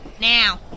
Now